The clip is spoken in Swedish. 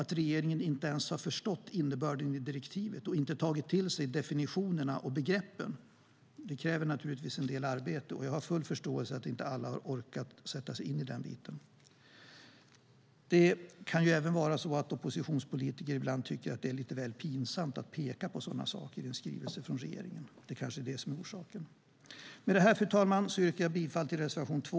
Att regeringen inte ens har förstått innebörden i direktivet och inte tagit till sig definitionerna och begreppen kräver naturligtvis en del arbete, och jag har full förståelse för att inte alla orkat sätta sig in i den biten. Det kan även vara så att oppositionspolitiker ibland tycker att det är lite väl pinsamt att påpeka sådana saker när det gäller en skrivelse från regeringen. Det kanske är det som är orsaken. Med det, fru talman, yrkar jag bifall till reservation 2.